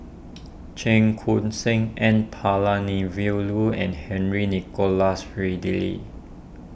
Cheong Koon Seng N Palanivelu and Henry Nicholas Ridley